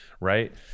right